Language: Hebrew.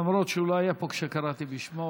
למרות שהוא לא היה פה כשקראתי בשמו,